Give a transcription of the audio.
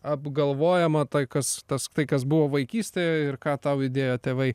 apgalvojama tai kas tas tai kas buvo vaikystėje ir ką tau įdėjo tėvai